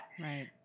Right